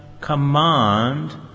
command